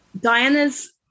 diana's